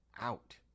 out